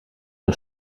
een